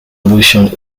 revolution